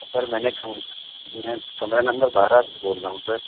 سر میں نے میں کمرہ نمبر بارہ سے بول رہا ہوں سر